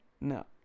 No